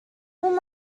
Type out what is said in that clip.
want